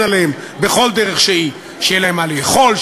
עליהם בכל דרך שהיא: שיהיה להם מה לאכול,